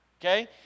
okay